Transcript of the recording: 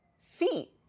feet